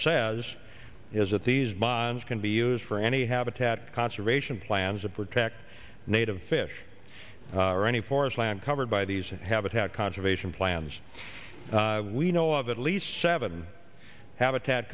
says is that these bonds can be used for any habitat conservation plans to protect native fish or any forest land covered by these and habitat conservation plans we know of at least seven habitat